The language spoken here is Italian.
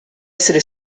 essere